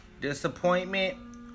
disappointment